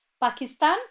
Pakistan